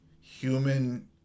human